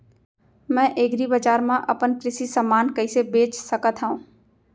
मैं एग्रीबजार मा अपन कृषि समान कइसे बेच सकत हव?